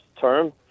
term